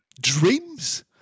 Dreams